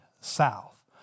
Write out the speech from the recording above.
south